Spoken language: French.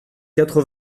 quatre